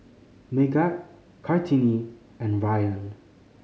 Megat Kartini and Ryan